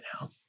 now